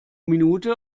minute